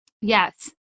Yes